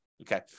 Okay